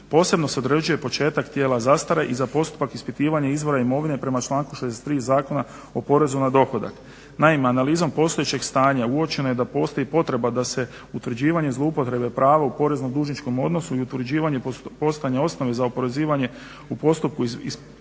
Posebno se određuje početak tijela zastare i za postupak ispitivanja izvora imovine prema članku 63. Zakona o porezu na dohodak. Naime, analizom postojećeg stanja uočeno je da postoji potreba da se utvrđivanje zloupotrebe prava u porezno-dužničkom odnosu i utvrđivanje postojanja osnove za oporezivanje u postupku ispitivanja